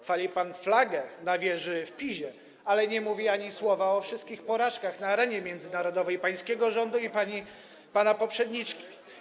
Chwali pan flagę na wieży w Pizie, ale nie mówi pan ani słowa o wszystkich porażkach na arenie międzynarodowej pańskiego rządu i pana poprzedniczki.